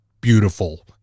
beautiful